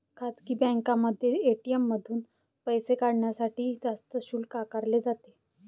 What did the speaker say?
खासगी बँकांमध्ये ए.टी.एम मधून पैसे काढण्यासाठी जास्त शुल्क आकारले जाते